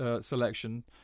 selection